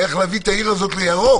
אלא איך להביא את העיר הזאת לירוק,